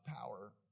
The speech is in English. power